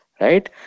Right